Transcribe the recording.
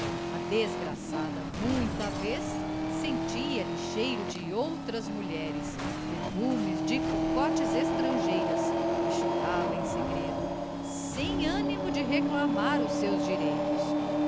a desgraçada muita vez sentia-lhe cheiro de outras mulheres perfumes de cocotes estrangeiras e chorava em segredo sem animo de reclamar os seus direitos